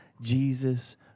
Jesus